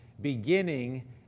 beginning